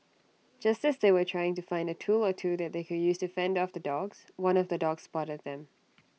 just as they were trying to find A tool or two that they could use to fend off the dogs one of the dogs spotted them